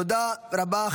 תודה רבה.